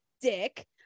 dick